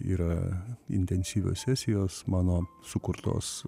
yra intensyvios sesijos mano sukurtos